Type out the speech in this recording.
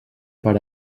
per